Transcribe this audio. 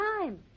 time